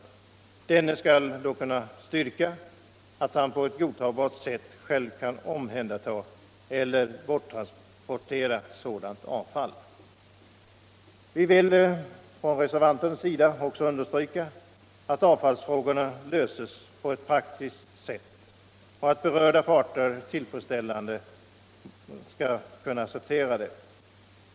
Fastighetsägaren skall då kunna styrka att han på ett godtagbart sätt själv kan omhänderta eller borttransportera sådant avfall. Vi vill, från reservanternas sida, också understryka att avfallsfrågorna bör lösas på ewt praktiskt och för berörda parter tillfredsställande sätt.